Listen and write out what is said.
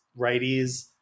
righties